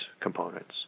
components